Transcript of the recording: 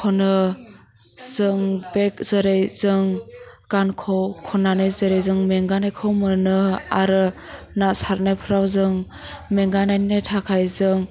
खनो जों बे जेरै जों गानखौ खनानै जेरै जों मेंगानायखौ मोनो आरो ना सारनायफ्राव जों मेंगानायनि थाखाय जों